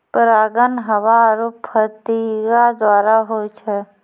परागण हवा आरु फतीगा द्वारा होय छै